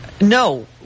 No